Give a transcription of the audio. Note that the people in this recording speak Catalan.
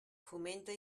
fomenta